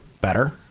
better